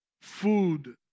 food